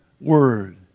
word